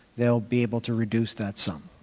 they'll be able to reduce that some.